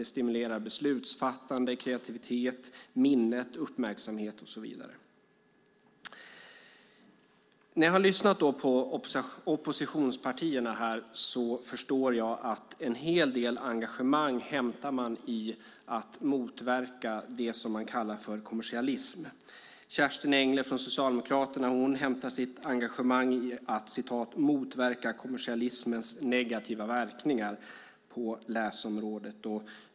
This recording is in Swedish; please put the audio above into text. Det stimulerar beslutsfattande, kreativitet, minnet och så vidare. När jag har lyssnat på oppositionspartierna här förstår jag att man hämtar en hel del engagemang i att motverka det som man kallar för kommersialism. Kerstin Engle från Socialdemokraterna hämtar sitt engagemang i att "motverka kommersialismens negativa verkningar på läsområdet".